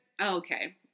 Okay